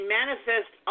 manifest